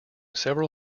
several